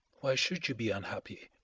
why should you be unhappy?